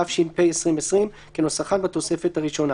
התש"ף 2020 כנוסחן בתוספת הראשונה,